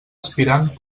aspirant